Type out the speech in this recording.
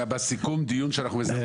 אז אני מציע שבסיכום דיון יהיה שאנחנו מזמנים